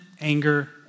anger